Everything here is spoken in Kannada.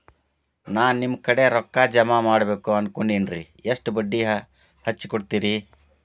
ನಾ ನಿಮ್ಮ ಕಡೆ ರೊಕ್ಕ ಜಮಾ ಮಾಡಬೇಕು ಅನ್ಕೊಂಡೆನ್ರಿ, ಎಷ್ಟು ಬಡ್ಡಿ ಹಚ್ಚಿಕೊಡುತ್ತೇರಿ?